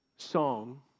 Song